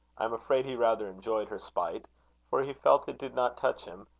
i am afraid he rather enjoyed her spite for he felt it did not touch him,